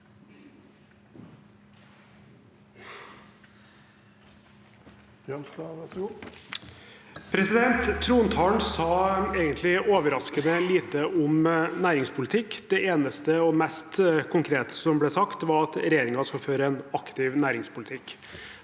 Trontalen sa egentlig overraskende lite om næringspolitikk. Det eneste og mest konkrete som ble sagt, var at regjeringen skal føre en aktiv næringspolitikk.